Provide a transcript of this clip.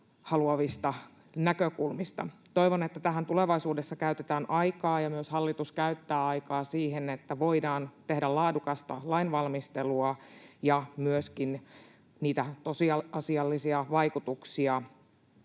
haluavista näkökulmista. Toivon, että tähän tulevaisuudessa käytetään aikaa ja myös hallitus käyttää aikaa siihen, että voidaan tehdä laadukasta lainvalmistelua ja myöskin niitä tosiasiallisia vaikutuksia